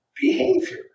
behavior